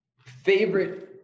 favorite